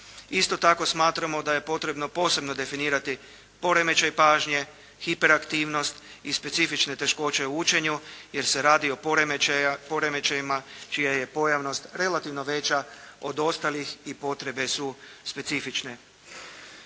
Isto tako smatramo da je potrebno posebno definirati poremećaj pažnje, hiperaktivnost i specifične teškoće u učenju jer se radi o poremećajima čija je pojavnost relativno veća od ostalih i potrebe su specifične.